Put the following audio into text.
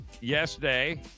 yesterday